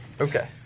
Okay